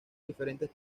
diferentes